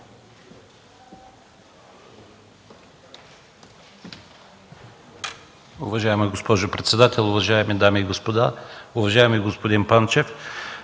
уважаема госпожо председател. Уважаеми дами и господа, уважаеми господин Лазаров!